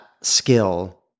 skill